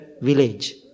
village